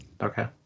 Okay